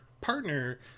partner